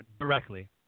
directly